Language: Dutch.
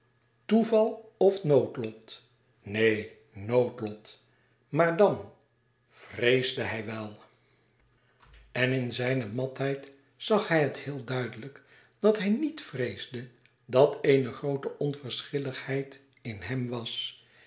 toeval of noodlot neen noodlot maar dan vreesde hij wel en in zijne matheid zag hij het heel duidelijk dat hij nièt vreesde dat eene groote onverschilligheid in hem was